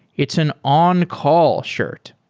it's an on-call shirt.